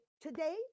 today